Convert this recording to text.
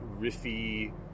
riffy